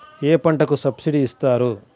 ఏ పంటకు సబ్సిడీ ఇస్తారు?